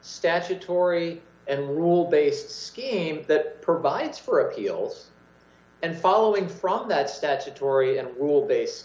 statutory and rule based scheme that provides for appeals and following from that statutory and rule base